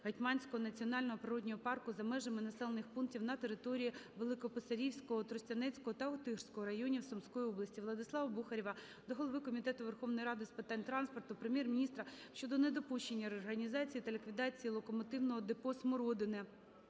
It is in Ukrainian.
"Гетьманського національного природного парку" за межами населених пунктів на території Великописарівського, Тростянецького та Охтирського районів Сумської області. Владислава Бухарєва до голови Комітету Верховної Ради з питань транспорту, Прем'єр-міністра щодо недопущення реорганізації та ліквідації "Локомотивного депо "Смородине"